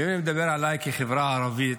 ואם אני מדבר עליי כחברה הערבית,